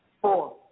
four